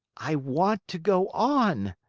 i want to go on.